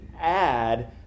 add